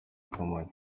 kamonyi